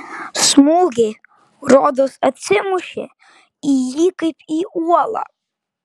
smūgiai rodos atsimušė į jį kaip į uolą